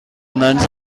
nans